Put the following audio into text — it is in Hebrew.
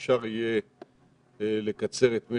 חייבים שיהיה מידע זמין,